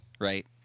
right